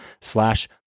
slash